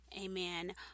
Amen